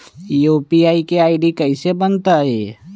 UPI के ID कैसे बनतई?